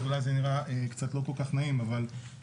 זה אולי נראה לא כל כך נעים אבל כשרואים